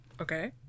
Okay